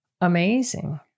amazing